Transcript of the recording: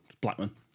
Blackman